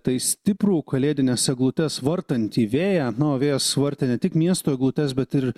tai stiprų kalėdines eglutes vartantį vėją na o vėjas vartė ne tik miesto eglutes bet ir